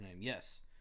Yes